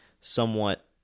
somewhat